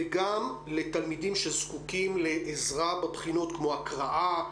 וגם לתלמידים שזקוקים לעזרה בבחינות כמו הקראה,